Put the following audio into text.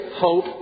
hope